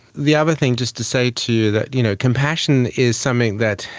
the other thing just to say to you, that you know compassion is something that,